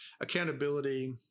accountability